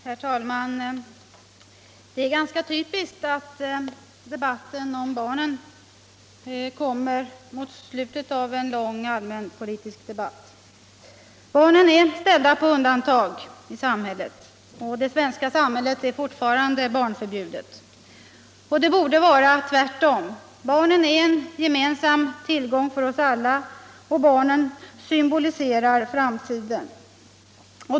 Herr talman! Det är ganska typiskt att debatten om barnen kommer i slutet av en lång allmänpöli(isk debatt. Barnen är ställda på undantag i samhället. Det svenska samhället är fortfarande barnförbjudet. Det borde vara tvärtom. Barnen är en gemensam tillgång för oss alla. Och barnen symboliserar framtiden.